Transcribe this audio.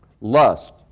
Lust